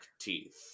teeth